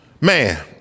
Man